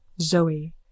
Zoe